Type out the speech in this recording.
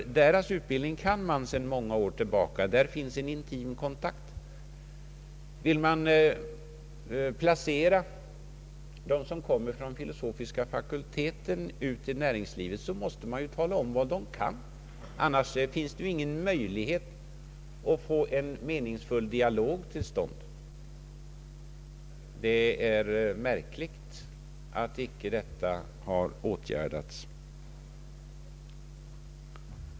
Deras utbildning känner man till sedan många år tillbaka, och det finns en intim kontakt på detta område. Vill man placera dem som kommer från de filosofiska fakulteterna ute i näringslivet, måste man tala om vad de examinerade kan. Det är märkligt att icke detta har åtgärdats.